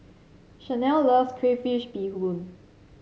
Shanell loves Crayfish Beehoon